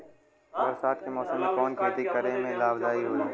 बरसात के मौसम में कवन खेती करे में लाभदायक होयी?